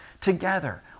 together